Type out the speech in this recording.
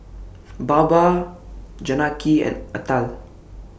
Baba Janaki and Atal